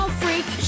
freak